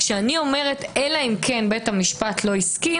כשאני אומרת: אלא אם כן בית המשפט לא הסכים